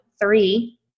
three